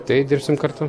tai dirbsim kartu